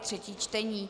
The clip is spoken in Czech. třetí čtení